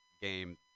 game